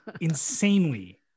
insanely